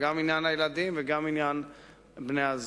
וגם עניין הילדים וגם עניין בני-הזוג.